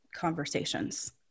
conversations